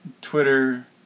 twitter